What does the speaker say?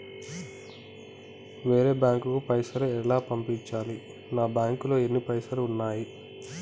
వేరే బ్యాంకుకు పైసలు ఎలా పంపించాలి? నా బ్యాంకులో ఎన్ని పైసలు ఉన్నాయి?